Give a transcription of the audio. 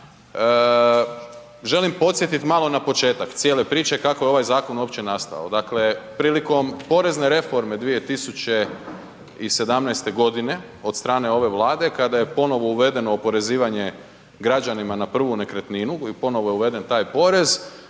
Želim podsjetiti malo na početak cijele priče kako je ovaj zakon uopće nastao. Dakle, prilikom porezne reforme 2017.g. od strane ove vlade, kada je ponovno uvedeno oporezivanje građanima na prvu nekretninu, ponovno je uveden taj porez,